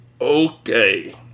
Okay